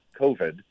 covid